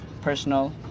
personal